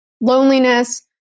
loneliness